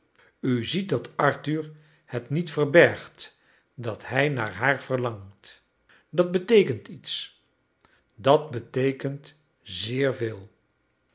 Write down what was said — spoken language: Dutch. u ziet dat arthur het niet verbergt dat hij naar haar verlangt dat beteekent iets dat beteekent zeer veel